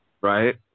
Right